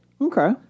Okay